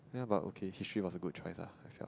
ya but okay history was a good choice lah I felt